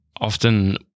Often